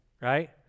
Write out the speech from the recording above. right